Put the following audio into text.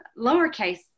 lowercase